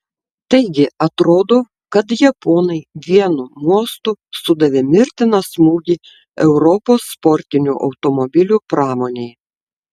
taigi atrodo kad japonai vienu mostu sudavė mirtiną smūgį europos sportinių automobilių pramonei